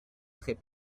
très